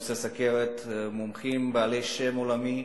בנושא הסוכרת, מומחים בעלי שם עולמי,